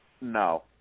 No